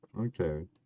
Okay